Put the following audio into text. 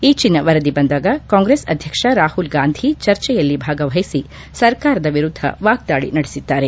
ಈಚೀನ ವರದಿ ಬಂದಾಗ ಕಾಂಗ್ರೆಸ್ ಅಧ್ಯಕ್ಷ ರಾಹುಲ್ಗಾಂಧಿ ಚರ್ಚೆಯಲ್ಲಿ ಭಾಗವಹಿಸಿ ಸರ್ಕಾರದ ವಿರುದ್ಧ ವಾಗ್ದಾಳಿ ನಡೆಸಿದ್ದಾರೆ